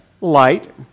light